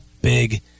big